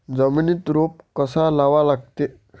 जमिनीत रोप कवा लागा लागते?